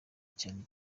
cyane